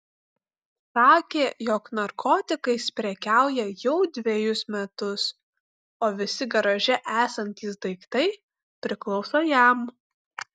sakė jog narkotikais prekiauja jau dvejus metus o visi garaže esantys daiktai priklauso jam